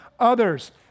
others